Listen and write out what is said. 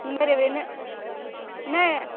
இந்த மாதிரி வே என்ன